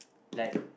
like